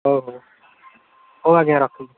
ହଉ ହଉ ହଉ ଆଜ୍ଞା ରଖିଲି